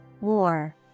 war